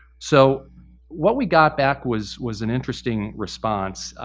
so what we got back was was an interesting response,